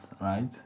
right